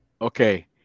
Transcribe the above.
Okay